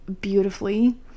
beautifully